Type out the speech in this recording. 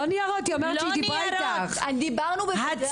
דיברנו ודי.